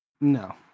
No